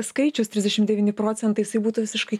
skaičius trisdešim devyni procentai jisai būtų visiškai